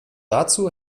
dazu